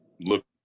look